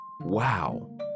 wow